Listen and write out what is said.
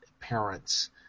parents